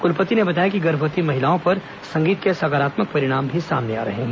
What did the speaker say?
कुलपति ने बताया कि गर्भवती महिलाओं पर संगीत के सकारात्मक परिणाम भी सामने आ रहे हैं